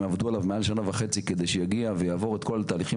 עבדו עליו מעל שנה וחצי כדי שיגיע ויעבור את כל התהליכים